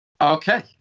Okay